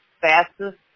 fastest